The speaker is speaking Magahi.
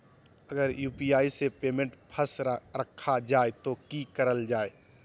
अगर यू.पी.आई से पेमेंट फस रखा जाए तो की करल जाए?